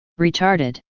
retarded